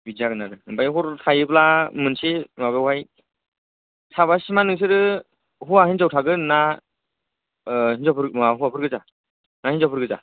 बिदि जागोन आरो ओमफाय हर थायोब्ला मोनसे माबायावहाय साबासिमा नोंसोरो हौवा हिन्जाव थागोन ना ओह हिन्जावफोर हौवाफोर गोजा ना हिन्जावफोर गोजा